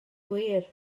wir